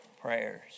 prayers